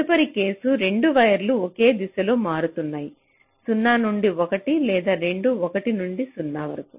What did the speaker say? తదుపరి కేసు రెండు వైర్లు ఒకే దిశలో మారుతున్నాయి 0 నుండి 1 లేదా రెండూ 1 నుండి 0 వరకు